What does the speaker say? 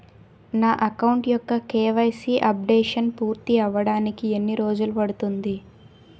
నా అకౌంట్ యెక్క KYC updation పూర్తి అవ్వడానికి ఎన్ని రోజులు పడుతుంది?